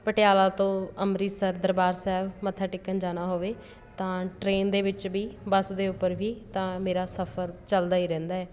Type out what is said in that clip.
ਪਟਿਆਲਾ ਤੋਂ ਅੰਮ੍ਰਿਤਸਰ ਦਰਬਾਰ ਸਾਹਿਬ ਮੱਥਾ ਟੇਕਣ ਜਾਣਾ ਹੋਵੇ ਤਾਂ ਟ੍ਰੇਨ ਦੇ ਵਿੱਚ ਵੀ ਬੱਸ ਦੇ ਉੱਪਰ ਵੀ ਤਾਂ ਮੇਰਾ ਸਫ਼ਰ ਚੱਲਦਾ ਹੀ ਰਹਿੰਦਾ ਹੈ